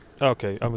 okay